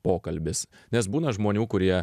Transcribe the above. pokalbis nes būna žmonių kurie